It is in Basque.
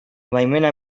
baimena